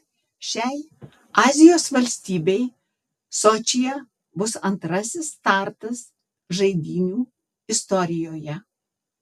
šiai azijos valstybei sočyje bus antrasis startas žaidynių istorijoje